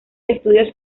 estudios